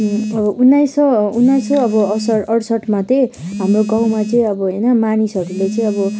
उन्नाइस सौ उन्नाइस सौ अब असर अठसठीमा चाहिँ अब हाम्रो गाउँमा चै हैन मानिसहरूले चाहिँ अब